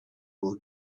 will